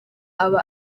aba